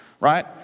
right